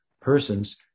persons